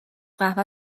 قهوه